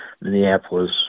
Minneapolis